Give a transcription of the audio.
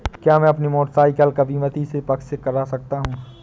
क्या मैं अपनी मोटरसाइकिल का बीमा तीसरे पक्ष से करा सकता हूँ?